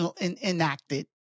enacted